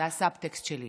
זה הסאבטקסט שלי,